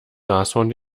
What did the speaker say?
nashorn